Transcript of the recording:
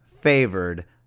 favored